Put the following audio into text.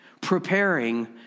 Preparing